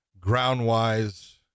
Ground-wise